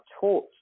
taught